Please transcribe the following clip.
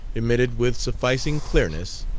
emitted with sufficing clearness,